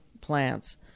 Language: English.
plants